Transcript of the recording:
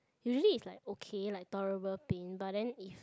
usually is like okay like tolerable pain but then if